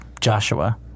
Joshua